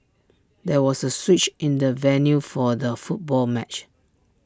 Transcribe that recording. there was A switch in the venue for the football match